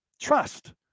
trust